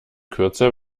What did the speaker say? kürzer